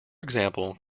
example